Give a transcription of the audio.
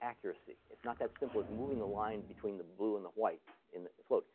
accuracy. it's not that simple as moving the line between the blue and the white in the float.